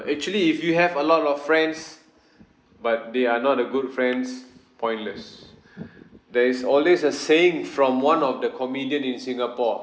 actually if you have a lot of friends but they are not a good friends pointless there is always a saying from one of the comedian in singapore